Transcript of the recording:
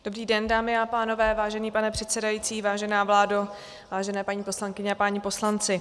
Dobrý den, dámy a pánové, vážený pane předsedající, vážená vládo, vážené paní poslankyně a páni poslanci.